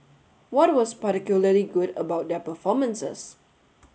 what was particularly good about their performances